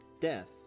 death